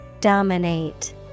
Dominate